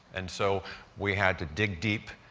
and so we had to dig deep,